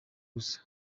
gusa